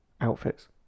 outfits